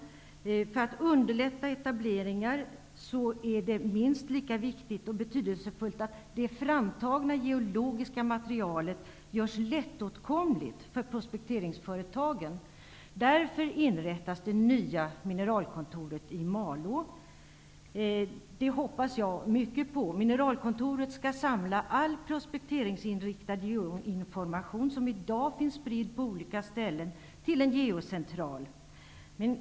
För att underlätta är det minst lika viktigt och betydelsefullt att det framtagna geologiska materialet görs lättåtkomligt för prospekteringsföretagen. Därför inrättas det nya Mineralkontoret i Malå. Jag hoppas mycket på detta. Mineralkontoret skall samla all prospekteringsinriktad geoinformation som i dag finns spridd på olika ställen till en geocentral.